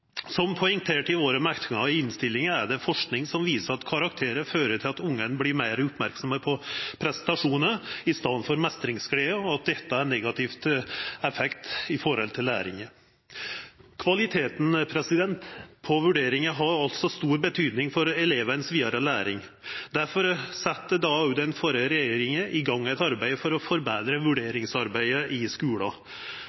Som poengtert i våre merknader i innstillingen, er det forskning som viser at karakterer fører til at ungene blir mer oppmerksom på prestasjoner istedenfor mestringsglede, og at dette har en negativ effekt på læringen. Kvaliteten på vurderingen har altså stor betydning for elevenes videre læring. Derfor satte den forrige regjeringen i gang et arbeid for å forbedre